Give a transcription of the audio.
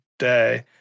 day